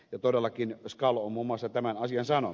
motorolakin koska luomumassa tämän asian sanoo